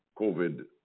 COVID